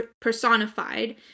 personified